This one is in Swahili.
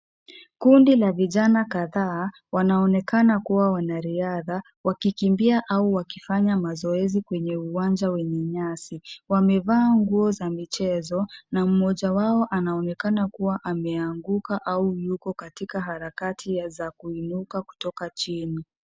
Kundi la vijana kadhaa wanaonekana kuwa wanariadha, wakikimbia au wakifanya mazoezi kwenye uwanja wenye nyasi. Wamevaa nguo za michezo na mmoja wao anaonekana kuwa ameanguka au yuko katika harakati za kuinuka kutoka chini.